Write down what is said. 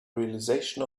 realization